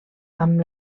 amb